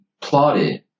plotted